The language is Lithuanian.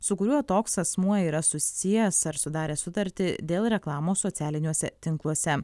su kuriuo toks asmuo yra susijęs ar sudaręs sutartį dėl reklamos socialiniuose tinkluose